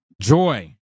joy